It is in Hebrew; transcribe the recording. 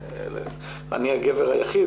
אני הגבר היחיד,